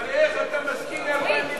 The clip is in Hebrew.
אבל איך אתה מסכים ל-2009?